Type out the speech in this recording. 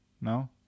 No